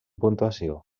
puntuació